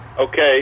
Okay